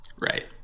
Right